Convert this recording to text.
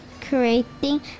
creating